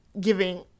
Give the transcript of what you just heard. giving